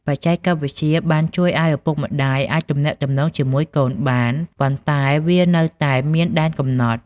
បច្ចេកវិទ្យាបានជួយឱ្យឪពុកម្ដាយអាចទំនាក់ទំនងជាមួយកូនបាន ប៉ុន្តែវានៅតែមានដែនកំណត់។